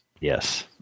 Yes